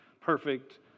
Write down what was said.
perfect